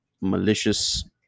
malicious